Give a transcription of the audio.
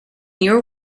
your